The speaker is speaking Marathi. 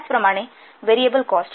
त्याचप्रमाणे व्हेरिएबल कॉस्ट